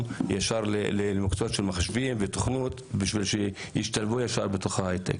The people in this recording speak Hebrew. ישר למקצועות של מחשבים ותכנות בשביל שישתלבו ישר בתוך ההייטק.